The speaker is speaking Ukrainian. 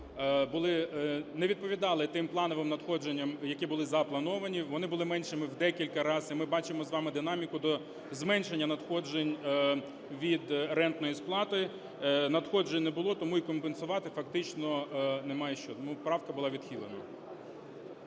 не відповідали тим плановим надходженням, які були заплановані. Вони були меншими в декілька разів, і ми бачимо з вами динаміку до зменшення надходжень від рентної сплати. Надходжень не було, тому і компенсувати фактично нема що. Тому правка була відхилена.